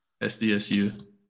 SDSU